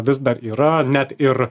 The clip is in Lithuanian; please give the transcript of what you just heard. vis dar yra net ir